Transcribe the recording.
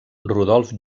rodolf